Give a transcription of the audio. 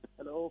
Hello